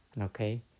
okay